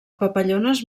papallones